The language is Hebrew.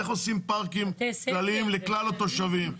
איך עושים פארקים כלליים לכלל התושבים?